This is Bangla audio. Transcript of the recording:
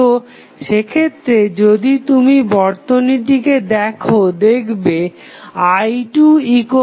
তো সেক্ষেত্রে যদি তুমি বর্তনীটিকে দেখো দেখবে i2 2A